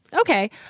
Okay